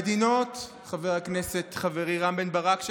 חבר הכנסת חברי רם בן ברק,